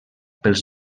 pels